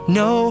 no